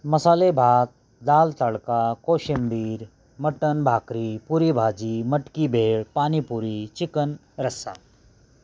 मसालेभात दाल तडका कोशिंबीर मटण भाकरी पुरी भाजी मटकी भेळ पाणीपुरी चिकन रस्सा